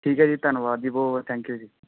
ਠੀਕ ਹੈ ਜੀ ਧੰਨਵਾਦ ਜੀ ਬਹੁਤ ਬਹੁਤ ਥੈਂਕ ਯੂ ਜੀ